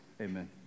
Amen